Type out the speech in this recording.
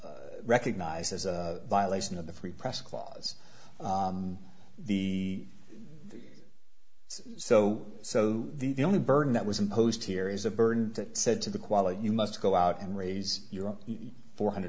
recognized as a violation of the free press clause the so so the only burden that was imposed here is a burden that said to the quality you must go out and raise your four hundred